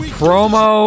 promo